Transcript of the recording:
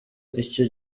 icyo